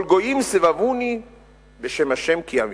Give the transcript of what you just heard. כל גויים סבבוני בשם ה' כי אמילם,